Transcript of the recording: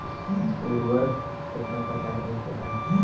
उर्वरक केतना प्रकार के होला?